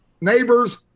neighbors